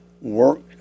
work